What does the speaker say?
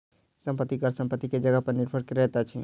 संपत्ति कर संपत्ति के जगह पर निर्भर करैत अछि